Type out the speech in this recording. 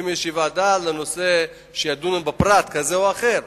ועדה שידונו בה בפרט כזה או אחר.